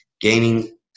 gaining